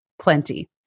plenty